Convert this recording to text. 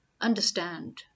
understand